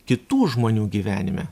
kitų žmonių gyvenime